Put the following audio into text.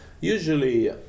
usually